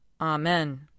Amen